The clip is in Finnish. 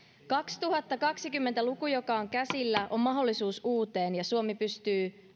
kaksituhattakaksikymmentä luku joka on käsillä on mahdollisuus uuteen ja suomi pystyy